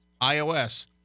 iOS